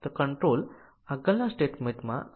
કેટલીક કન્ડીશન સંયોજનો મેળવી શકાતા નથી